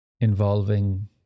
involving